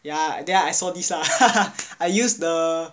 ya then I saw this lah I use the